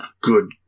good